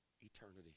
eternity